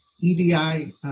EDI